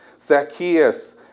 Zacchaeus